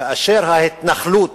כאשר ההתנחלות